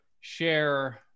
share